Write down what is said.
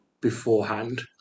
beforehand